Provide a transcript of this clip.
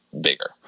bigger